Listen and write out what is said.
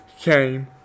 came